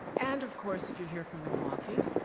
and of course, if you're here from milwaukee?